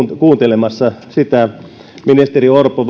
kuuntelemassa ministeri orpon